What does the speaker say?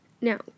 now